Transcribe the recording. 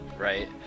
right